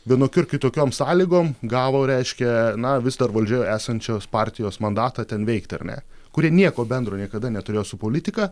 vienokiu ar kitokiom sąlygom gavo reiškia na vis dar valdžioje esančios partijos mandatą ten veikti ar ne kurie nieko bendro niekada neturėjo su politika